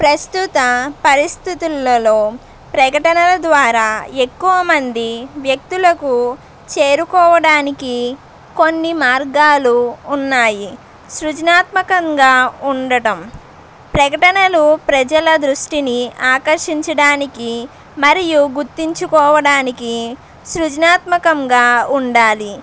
ప్రస్తుత పరిస్థితులలో ప్రకటనల ద్వారా ఎక్కువ మంది వ్యక్తులకు చేరుకోవడానికి కొన్ని మార్గాలు ఉన్నాయి సృజనాత్మకంగా ఉండటం ప్రకటనలు ప్రజల దృష్టిని ఆకర్షించడానికి మరియు గుర్తించుకోవడానికి సృజనాత్మకంగా ఉండాలి